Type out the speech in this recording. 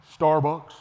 Starbucks